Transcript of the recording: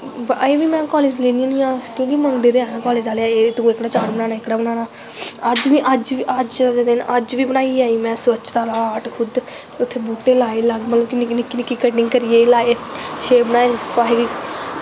अज़ें बी में कालेज़ लेनी होनी आं क्योंकि मनदे ते हैन कालेज़ आह्ले तूं एह्कड़ा चार्ट बनाना एह्कड़ा बनाना अज्ज बी बनाईयै आई में स्वच्छतां आह्ला चार्ट खुद उत्थें बूह्टे लाए निक्की निक्की कटिंग करियै लाए शेप बनाई कुसे दी